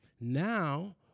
Now